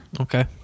Okay